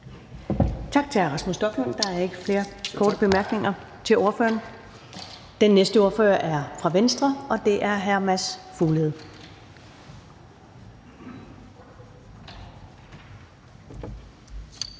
hr. Rasmus Stoklund. Der er ikke flere korte bemærkninger til ordføreren. Den næste ordfører er fra Venstre, og det er hr. Mads Fuglede.